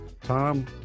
Tom